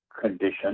condition